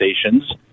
stations